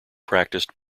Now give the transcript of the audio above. practiced